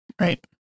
Right